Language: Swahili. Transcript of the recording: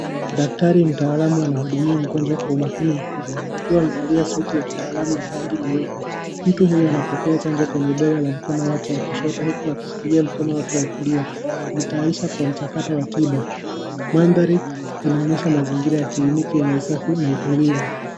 Daktari mtaalamu anahudumia mgonjwa Kwa umakini mkubwa akiwa amevalia suti ya kitaalamu ya rangi nyeupe . Mtu huyo anapokea chanjo kwenye bega wa mkono wake wa kushoto huku akishikilia mkono wake wa kulia kumtayarisha kwa mjakato wa tiba. Mandhari inaonyesha mazingira ya kliniki yenye usafi na utulivu.